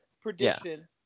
prediction